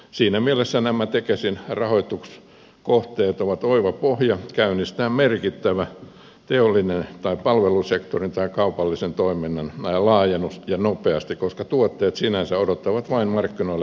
siinä mielessä nämä tekesin rahoituskohteet ovat oiva pohja käynnistää merkittävä teollisen tai palvelusektorin tai kaupallisen toiminnan laajennus ja nopeasti koska tuotteet sinänsä odottavat vain markkinoille pääsyä